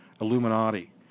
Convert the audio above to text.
Illuminati